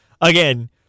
again